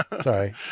sorry